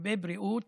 הרבה בריאות